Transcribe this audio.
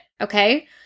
okay